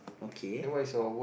okay